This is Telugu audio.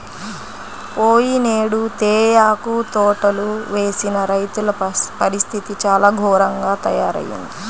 పోయినేడు తేయాకు తోటలు వేసిన రైతుల పరిస్థితి చాలా ఘోరంగా తయ్యారయింది